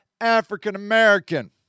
African-American